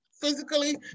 physically